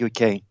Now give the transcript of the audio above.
UK